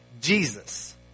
Jesus